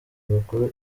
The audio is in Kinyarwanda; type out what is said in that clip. bakuru